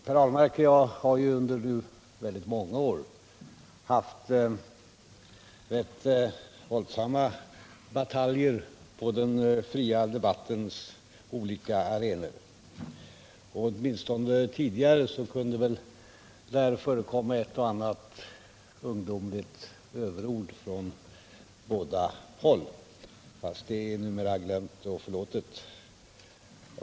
Per Ahlmark och jag har ju under nu väldigt många år haft rätt våldsamma bataljer på den fria debattens olika arenor, och åtminstone tidigare kunde det väl förekomma ett och annat ungdomligt överord från båda håll, fast det är numera glömt och förlåtet.